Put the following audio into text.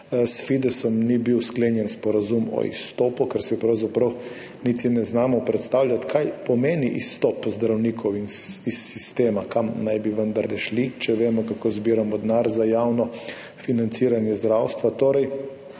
S Fidesom ni bil sklenjen sporazum o izstopu, ker si pravzaprav niti ne znamo predstavljati, kaj pomeni izstop zdravnikov iz sistema, kam naj bi vendarle šli, če vemo, kako zbiramo denar za javno financiranje zdravstva.